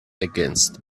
against